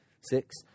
six